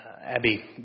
Abby